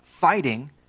fighting